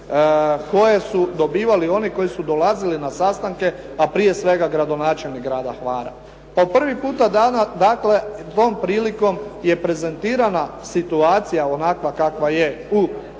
koje su dobivali oni koji su dolazili na sastanke, a prije svega gradonačelnik Grada Hvara. Po prvi puta dakle tom prilikom je prezentirana situacija onakva kakva je u tvrtki